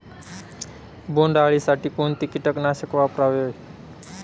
बोंडअळी साठी कोणते किटकनाशक वापरावे?